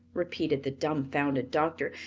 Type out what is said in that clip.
repeated the dumfounded doctor.